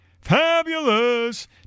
fabulous